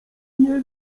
nie